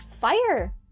fire